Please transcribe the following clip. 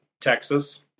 Texas